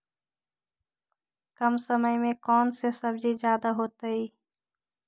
कम समय में कौन से सब्जी ज्यादा होतेई?